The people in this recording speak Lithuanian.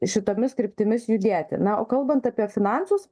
šitomis kryptimis judėti na o kalbant apie finansus